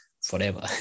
forever